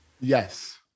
Yes